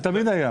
זה תמיד היה.